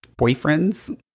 boyfriends